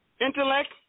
intellect